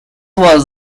was